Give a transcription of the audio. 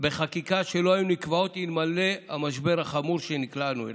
בחקיקה שלא היו נקבעות אלמלא המשבר החמור שנקלענו אליו.